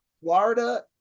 Florida